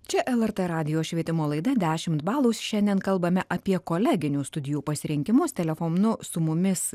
čia lrt radijo švietimo laida dešimt balų šiandien kalbame apie koleginių studijų pasirinkimus telefonu su mumis